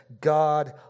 God